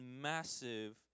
massive